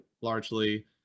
largely